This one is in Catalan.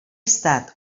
estat